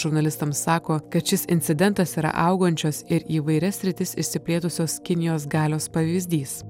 žurnalistams sako kad šis incidentas yra augančios ir į įvairias sritis išsiplėtusios kinijos galios pavyzdys